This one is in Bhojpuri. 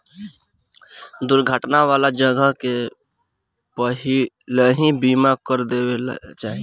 दुर्घटना वाला जगह के पहिलही बीमा कर देवे के चाही